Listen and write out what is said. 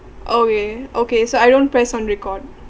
oh yeah yeah okay so I don't press on record